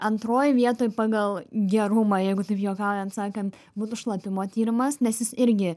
antroj vietoj pagal gerumą jeigu taip juokaujant sakant būtų šlapimo tyrimas nes jis irgi